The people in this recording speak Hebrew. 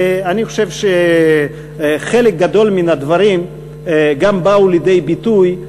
ואני חושב שחלק גדול מן הדברים גם באו לידי ביטוי,